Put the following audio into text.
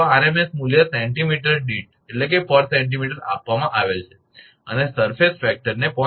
s મૂલ્ય centimetre દીઠ આપવામાં આવેલ છે અને સપાટી પરિબળને 0